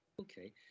Okay